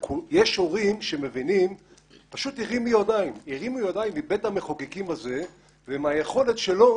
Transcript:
יש הורים שפשוט הרימו ידיים מבית המחוקקים הזה ומהיכולת שלו